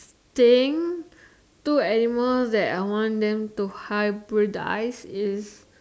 think two animals that I want them to hybridize is